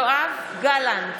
מצביע יואב גלנט,